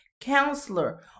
counselor